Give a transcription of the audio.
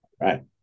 right